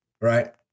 Right